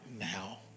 now